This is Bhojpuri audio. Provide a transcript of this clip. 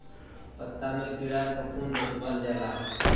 पत्ता मे कीड़ा फफूंद मर जाला